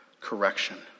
correction